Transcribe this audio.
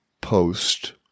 post